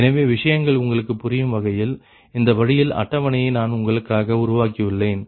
எனவே விஷயங்கள் உங்களுக்கு புரியும்வகையில் இந்த வழியில் அட்டவணையை நான் உங்களுக்காக உருவாக்கியுள்ளேன்